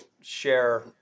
share